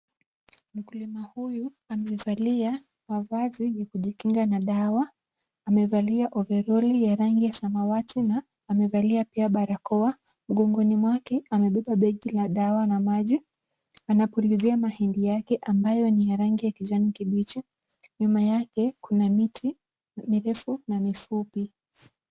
Mkulima huyu amevalia mavazi ya kujikinga na dawa. Amevalia ovaroli ya rangi ya samawati na amevalia pia barakoa. Mgongoni mwake amebeba begi la dawa na maji. Anapulizia mahindi yake ambayo ni ya rangi ya kijani kibichi. Nyuma yake kuna miti mirefu na mifupi.